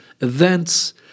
events